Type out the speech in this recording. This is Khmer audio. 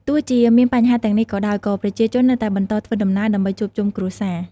ទោះជាមានបញ្ហាទាំងនេះក៏ដោយ ក៏ប្រជាជននៅតែបន្តធ្វើដំណើរ ដើម្បីជួបជុំគ្រួសារ។